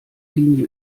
linie